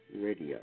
Radio